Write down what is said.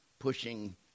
pushing